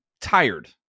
tired